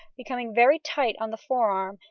becoming very tight on the forearm,